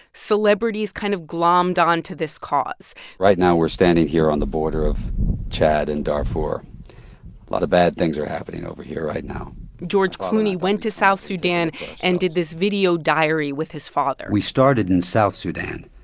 celebrities kind of glommed onto this cause right now we're standing here on the border of chad and darfur. a lot of bad things are happening over here right now george clooney went to south sudan and did this video diary with his father we started in south sudan.